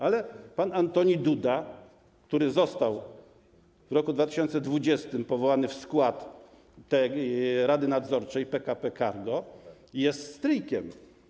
Ale pan Antonii Duda, który został w roku 2020 powołany w skład Rady Nadzorczej PKP Cargo, jest stryjkiem.